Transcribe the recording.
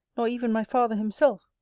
nor even my father himself,